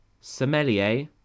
sommelier